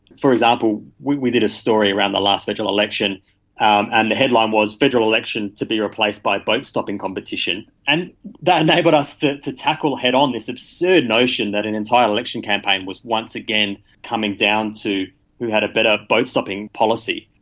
for example, we we did a story around the last federal election and the headline was federal election to be replaced by boat-stopping competition, and that enabled us to tackle head-on this absurd notion that an entire election campaign was once again coming down to who had a better boat-stopping policy.